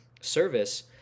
service